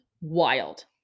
wild